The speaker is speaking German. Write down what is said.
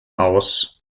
aus